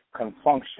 Confunction